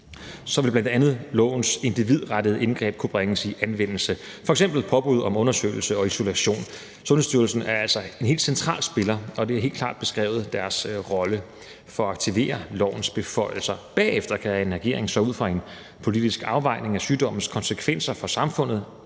– vil bl.a. lovens individrettede indgreb kunne bringes i anvendelse, f.eks. påbud om undersøgelse og isolation. Sundhedsstyrelsen er altså en hel central spiller, og deres rolle er helt klart beskrevet for at aktivere lovens beføjelser. Bagefter kan en regering så ud fra en politisk afvejning af sygdommens konsekvenser for samfundet